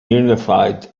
unified